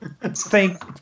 thank